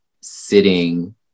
sitting